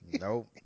Nope